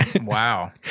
wow